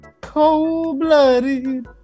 Cold-blooded